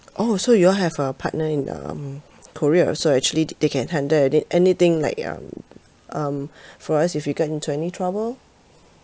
oh so you all have uh partner in um korea also actually they they can handle any~ anything like um um for us if we get into any trouble